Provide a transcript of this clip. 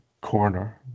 corner